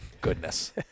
goodness